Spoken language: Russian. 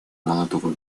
молодого